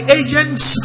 agents